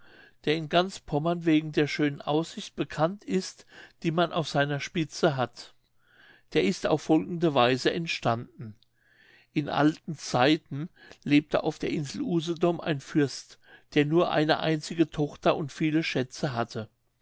der in ganz pommern wegen der schönen aussicht bekannt ist die man auf seiner spitze hat der ist auf folgende weise entstanden in alten zeiten lebte auf der insel usedom ein fürst der nur eine einzige tochter und viele schätze hatte